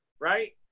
right